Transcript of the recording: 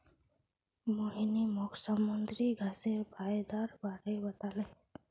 मोहिनी मोक समुंदरी घांसेर फयदार बारे बताले